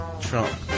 Trump